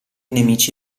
nemici